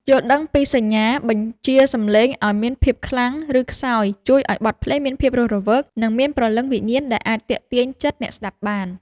យល់ដឹងពីសញ្ញាបញ្ជាសម្លេងឱ្យមានភាពខ្លាំង ឬខ្សោយជួយឱ្យបទភ្លេងមានភាពរស់រវើក និងមានព្រលឹងវិញ្ញាណដែលអាចទាក់ទាញចិត្តអ្នកស្ដាប់បាន។